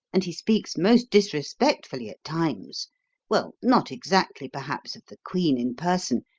and he speaks most disrespectfully at times well, not exactly perhaps of the queen in person,